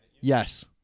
Yes